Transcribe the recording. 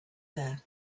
there